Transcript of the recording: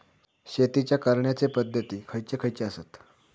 शेतीच्या करण्याचे पध्दती खैचे खैचे आसत?